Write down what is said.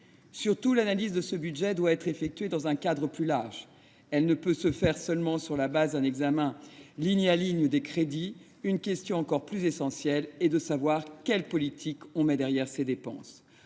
Surtout, l’analyse de ce budget doit être effectuée dans un cadre plus large. Elle ne peut pas se faire sur la seule base d’un examen ligne à ligne des crédits. Une question encore plus essentielle est de savoir quelles politiques sont mises derrière ces dépenses.